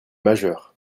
majeur